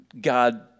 God